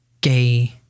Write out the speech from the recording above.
gay